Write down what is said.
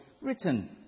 written